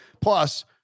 plus